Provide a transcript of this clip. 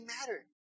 matter